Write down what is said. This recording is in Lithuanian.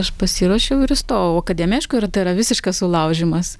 aš pasiruošiau ir įstojau o akademija aišku yra tai yra visiškas sulaužymas